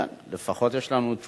כן, לפחות יש לנו תשובה.